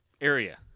area